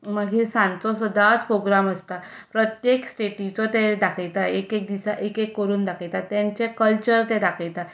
मागीर सांजचो सदांच प्रोग्राम आसता प्रत्येक स्टेटीचो ते दाखयता एक एक दिसा एक एक करून दाखयता तांचे कल्चर ते दाखयता